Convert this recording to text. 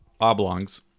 oblongs